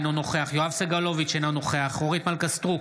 אינו נוכח יואב סגלוביץ' אינו נוכח אורית מלכה סטרוק,